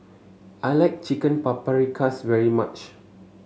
I like Chicken Paprikas very much